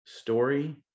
story